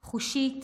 חושית,